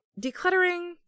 decluttering